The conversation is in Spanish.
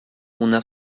una